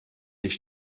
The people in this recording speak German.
ich